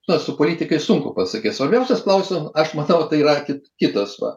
na su politikais sunku pasakyt svarbiausias klausiu aš matau tai yra kit kitas va